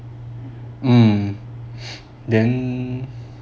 mm then